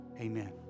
Amen